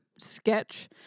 sketch